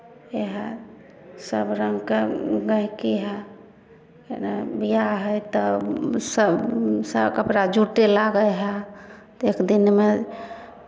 इएहसभ रङ्गके गहिँकी हए विवाह हइ तऽ सभ सभ कपड़ा जुटय लागै हए एकदिनमे